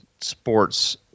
sports